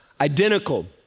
identical